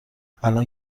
الان